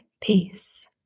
Peace